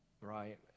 right